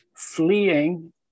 fleeing